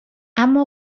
اما